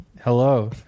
Hello